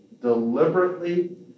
deliberately